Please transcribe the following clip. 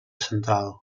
central